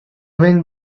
wind